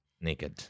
Naked